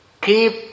keep